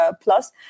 plus